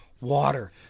water